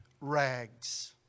rags